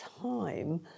time